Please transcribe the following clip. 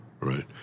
right